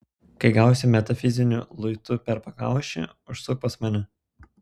kai gausi metafiziniu luitu per pakaušį užsuk pas mane